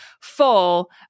full